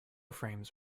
frames